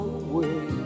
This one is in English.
away